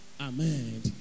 Amen